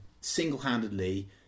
single-handedly